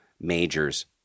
majors